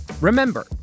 Remember